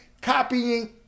copying